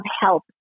help